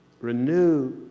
renew